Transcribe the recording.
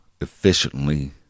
efficiently